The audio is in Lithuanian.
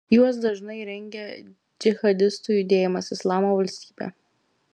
juos dažnai rengia džihadistų judėjimas islamo valstybė